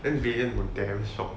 then valen was damn shocked